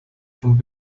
vom